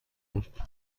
بود